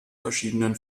verschiedenen